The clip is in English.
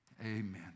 Amen